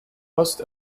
most